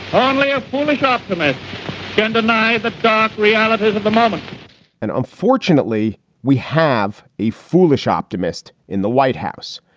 only a public optimist can deny the dark realities of the moment and unfortunately we have a foolish optimist in the white house,